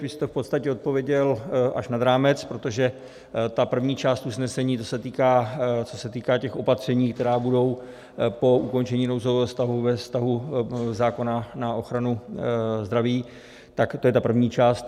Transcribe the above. Vy jste v podstatě odpověděl až nad rámec, protože ta první část usnesení se týká těch opatření, která budou po ukončení nouzového stavu ve vztahu zákona na ochranu zdraví, tak to je ta první část.